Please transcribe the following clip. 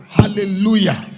hallelujah